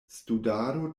studado